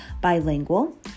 bilingual